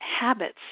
habits